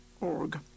org